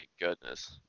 goodness